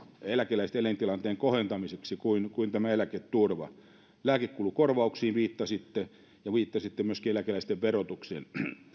eläkeläisten tilanteen kohentamiseksi kuin kuin tämä eläketurva lääkekulukorvauksiin viittasitte ja viittasitte myöskin eläkeläisten verotukseen